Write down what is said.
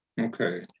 Okay